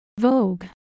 Vogue